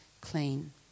clean